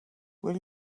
will